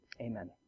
amen